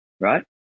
right